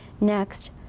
Next